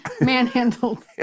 Manhandled